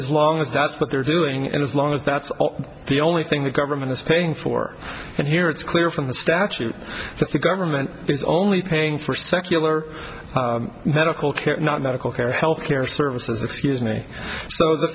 as long as that's what they're doing and as long as that's the only thing the government is paying for and here it's clear from the statute that the government is only paying for secular medical care not medical care or health care services have scuse me so the